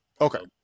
Okay